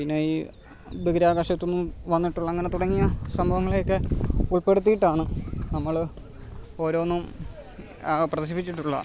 പിന്നെ ഈ ബഹിരാകാശത്തുനിന്ന് വന്നിട്ടുള്ള അങ്ങനെ തുടങ്ങിയ സംഭവങ്ങളെ ഒക്കെ ഉൾപ്പെടുത്തിയിട്ടാണ് നമ്മൾ ഓരോന്നും പ്രദർശിപ്പിച്ചിട്ടുള്ളത്